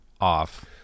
off